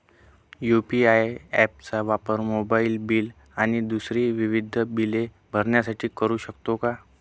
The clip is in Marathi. यू.पी.आय ॲप चा वापर मोबाईलबिल आणि दुसरी विविध बिले भरण्यासाठी करू शकतो का?